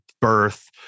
birth